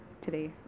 today